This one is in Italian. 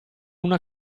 una